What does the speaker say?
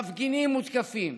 מפגינים מותקפים,